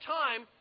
time